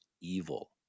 evil